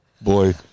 Boy